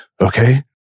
okay